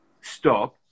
stop